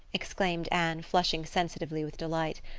exclaimed anne, flushing sensitively with delight.